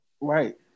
right